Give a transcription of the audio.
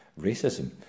racism